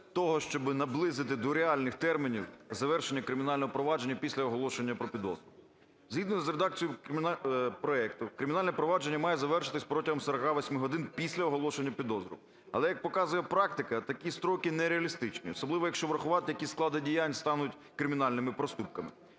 того, щоб наблизити до реальних термінів завершення кримінального провадження після оголошення про підозру. Згідно з редакцією проекту кримінальне провадження має завершитись протягом 48 годин після оголошення підозри, але, як показує практика, такі строки нереалістичні, особливо якщо врахувати, які склади діянь стануть кримінальними проступками.